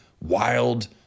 wild